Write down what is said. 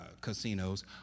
casinos